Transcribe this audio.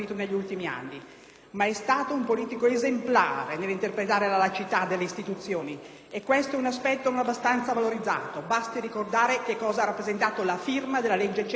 Ma è stato un politico esemplare nell'interpretare la laicità delle istituzioni e questo è un aspetto non abbastanza valorizzato. Basti ricordare che cosa ha rappresentato la firma della legge n.